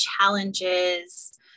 challenges